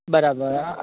બરાબર હા